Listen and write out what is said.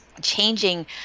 changing